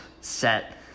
set